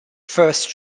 first